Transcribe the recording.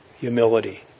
humility